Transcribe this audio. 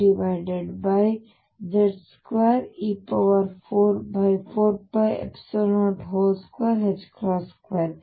E ಅಂದರೆ EZ2e44π022